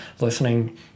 listening